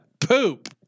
poop